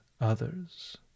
others